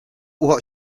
what